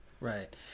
Right